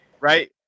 Right